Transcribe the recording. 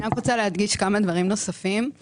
אני רוצה להדגיש כמה דברים נוספים.